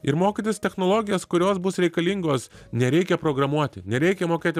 ir mokytis technologijas kurios bus reikalingos nereikia programuoti nereikia mokėti